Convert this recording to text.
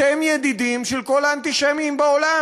אתם ידידים של כל האנטישמים בעולם.